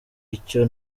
icyo